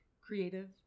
creative